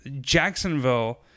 Jacksonville